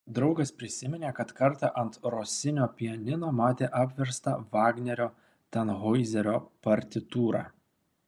draugas prisiminė kad kartą ant rosinio pianino matė apverstą vagnerio tanhoizerio partitūrą